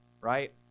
right